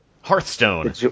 Hearthstone